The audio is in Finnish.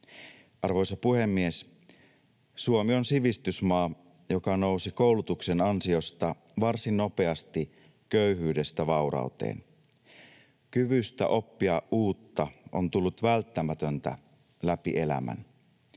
Arvoisa puhemies! Suomi on sivistysmaa, joka nousi koulutuksen ansiosta varsin nopeasti köyhyydestä vaurauteen. Kyvystä oppia uutta on tullut välttämätöntä läpi elämän.